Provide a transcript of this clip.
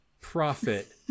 profit